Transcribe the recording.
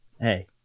Hey